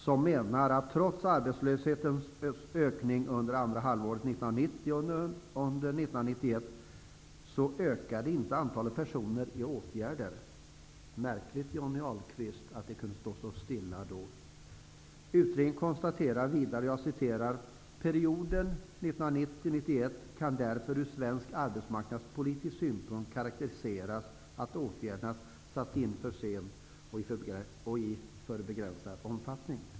Man säger där att trots att arbetslösheten ökade under andra halvåret 1990 och under 1991, ökade inte antalet personer i åtgärder. Märkligt, Johnny Ahlqvist, att det ändå kunde stå still! Utredningen konstaterar vidare: Perioden 1990/91 kan därför ur svensk arbetsmarknadspolitisk synpunkt karakteriseras som att åtgärderna sattes in för sent och i begränsad omfattning.